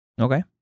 Okay